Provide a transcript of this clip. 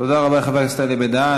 תודה רבה לחבר הכנסת אלי בן-דהן.